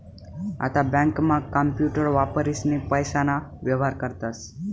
आता बँकांमा कांपूटर वापरीसनी पैसाना व्येहार करतस